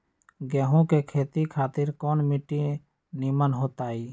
गेंहू की खेती खातिर कौन मिट्टी निमन हो ताई?